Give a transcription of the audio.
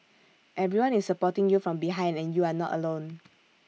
everyone is supporting you from behind and you are not alone